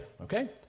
Okay